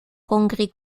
congrès